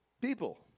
people